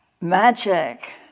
magic